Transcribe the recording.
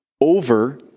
over